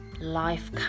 life